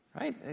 Right